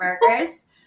burgers